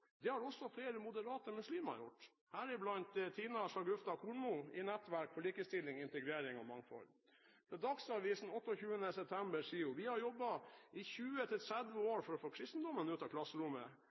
Det har også flere moderate muslimer gjort, heriblant Tina Shagufta Kornmo i Nettverk for likestilling, integrering og mangfold. Til Dagsavisen 28. september sier hun: «Det er et paradoks om vi, etter å ha jobbet 20–30 år for å